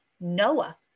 Noah